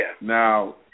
Now